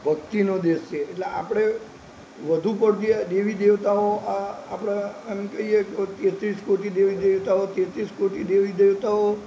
ભક્તિનો દેશ છે એટલે આપણે વધુ પડતી હોય દેવી દેવતાઓ આપણા એમ કહીએ કે તેત્રીસ કોટી દેવી દેવતાઓ તેત્રીસ કોટી દેવી દેવતાઓ